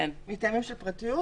מטעמים של פרטיות,